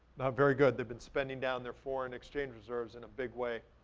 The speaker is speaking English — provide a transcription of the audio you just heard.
not very good. they've been spending down their foreign exchange reserves in a big way.